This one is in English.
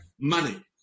money